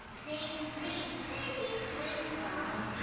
day three daisy swings by.